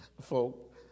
folk